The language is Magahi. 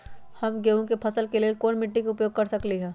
हम गेंहू के फसल के लेल कोन मिट्टी के उपयोग कर सकली ह?